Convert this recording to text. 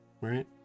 right